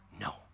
No